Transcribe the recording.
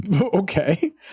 Okay